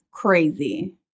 crazy